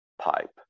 pipe